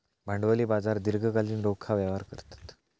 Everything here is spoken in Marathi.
भांडवली बाजार दीर्घकालीन रोखा व्यवहार करतत